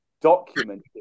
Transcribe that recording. documented